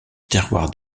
terroir